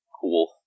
cool